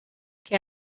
che